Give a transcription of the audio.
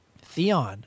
Theon